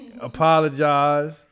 apologize